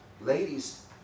Ladies